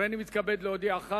הריני מתכבד להודיעך,